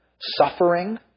suffering